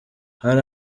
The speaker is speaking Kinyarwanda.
hari